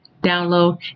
download